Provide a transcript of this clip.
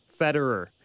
Federer